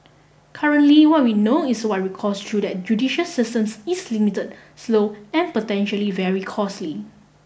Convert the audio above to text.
currently what we know is that recourse through that judicial system is limited slow and potentially very costly